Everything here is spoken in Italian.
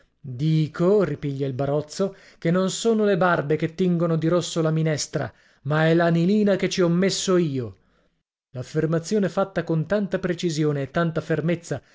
dici dico ripiglia il barozzo che non sono le barbe che tingono di rosso la minestra ma è l'anilina che ci ho messo io l'affermazione fatta con tanta precisione e tanta fermezza